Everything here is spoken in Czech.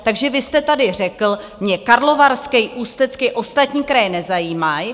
Takže vy jste tady řekl: Mě Karlovarský, Ústecký, ostatní kraje nezajímají.